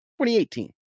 2018